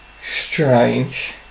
strange